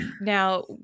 Now